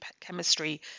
chemistry